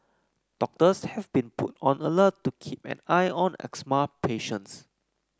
doctors have been put on alert to keep an eye on asthma patients